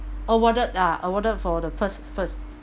awarded ah awarded for the first first